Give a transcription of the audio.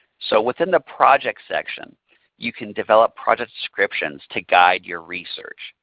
so within the project section you can develop project descriptions to guide your research.